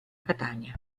catania